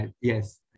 Yes